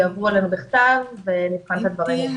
יעברו אלינו בכתב ונבחן את הדברים.